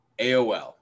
AOL